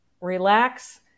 relax